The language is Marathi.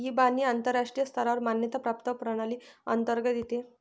इबानी आंतरराष्ट्रीय स्तरावर मान्यता प्राप्त प्रणाली अंतर्गत येते